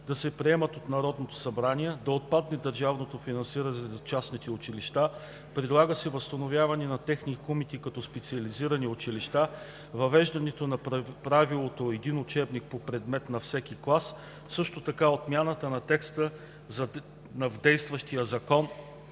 да се приемат от Народното събрание, да отпадне държавното финансиране за частните училища, предлага се възстановяването на техникумите като специализирани училища, въвеждането на правилото един учебник по предмет за всеки клас, също така - отмяната на текста в действащия закон